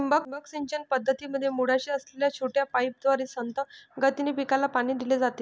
ठिबक सिंचन पद्धतीमध्ये मुळाशी असलेल्या छोट्या पाईपद्वारे संथ गतीने पिकाला पाणी दिले जाते